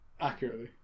Accurately